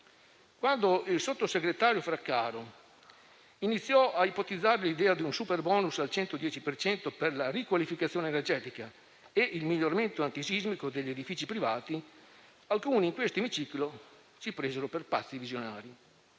quando il sottosegretario Fraccaro iniziò a ipotizzare l'idea di un superbonus al 110 per cento per la riqualificazione energetica e il miglioramento antisismico degli edifici privati, alcuni in quest'emiciclo ci presero per pazzi visionari.